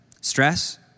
Stress